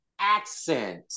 accent